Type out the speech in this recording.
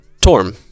Torm